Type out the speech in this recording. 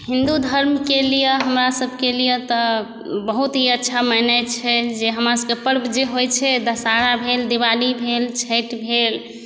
हिन्दु धर्मके लिए हमरा सबके लिए तऽ बहुत ही अच्छा मायने छै जे हमरा सबके पर्व जे होइ छै दशहरा भेल दिवाली भेल छठि भेल